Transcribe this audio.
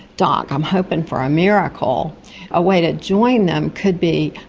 doc, i'm hoping for a miracle a way to join them could be,